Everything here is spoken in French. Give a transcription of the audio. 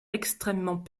extrêmement